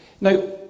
Now